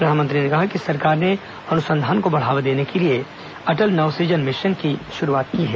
प्रधानमंत्री ने कहा कि सरकार ने अनुसंधान को बढ़ावा देने के लिए अटल नवसुजन मिशन की शुरूआत की है